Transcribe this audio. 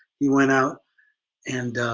he went out and